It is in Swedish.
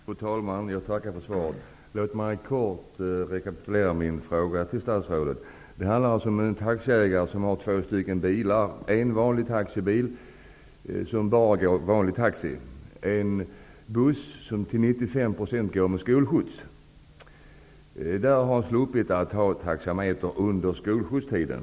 Fru talman! Jag tackar för svaret. Låt mig kort rekapitulera min fråga till statsrådet. Den handlar alltså om en taxiägare, som har två bilar, en vanlig taxibil som går såsom vanlig taxi, och en buss som till 95 % används till skolskjuts. Han slipper ha taxameter under skolskjutstiden.